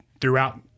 throughout